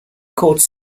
called